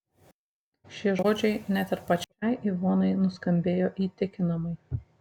šie žodžiai net ir pačiai ivonai nuskambėjo įtikinamai